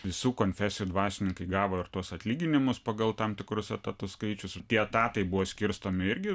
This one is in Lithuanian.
visų konfesijų dvasininkai gavo ir tuos atlyginimus pagal tam tikrus etatų skaičius tie etatai buvo skirstomi irgi